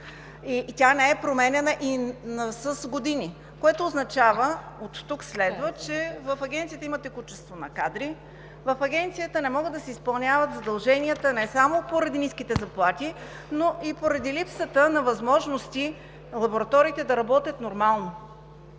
Тя не е променяна с години. Оттук следва, че в Агенцията има текучество на кадри, в Агенцията не могат да си изпълняват задълженията не само поради ниските заплати, но и поради липсата на възможности лабораториите да работят нормално.